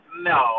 No